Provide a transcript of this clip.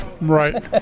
right